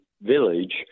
village